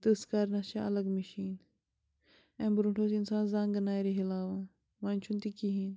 تٕژھ کَرنَس چھِ الگ مِشیٖن اَمہِ برٛونٛٹھ اوس اِنسان زنٛگہٕ نَرِ ہِلاوان وۄنۍ چھُنہٕ تہِ کِہیٖنۍ